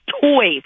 toys